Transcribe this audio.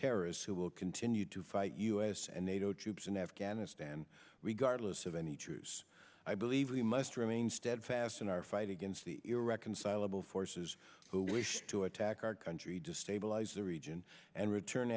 terrorists who will continue to fight us and nato troops in afghanistan regardless of any truce i believe we must remain steadfast in our fight against the irreconcilable forces who wish to attack our country destabilize the region and return